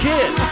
Kid